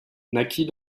naquit